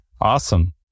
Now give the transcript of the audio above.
Awesome